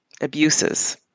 abuses